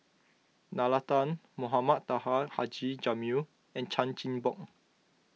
Nalla Tan Mohamed Taha Haji Jamil and Chan Chin Bock